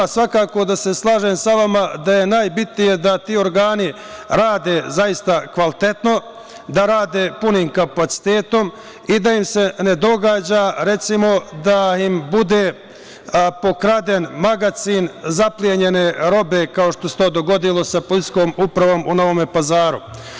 Svakako da se slažem sa vama da je najbitnije da ti organi rade zaista kvalitetno, da rade punim kapacitetom i da im se ne događa da im bude pokraden magacin zaplenjene robe, kao što se to dogodilo sa Policijskom upravom u Novom Pazaru.